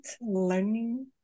learning